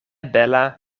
bela